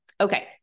Okay